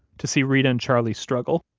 to see reta and charlie struggle.